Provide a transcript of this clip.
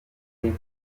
iteka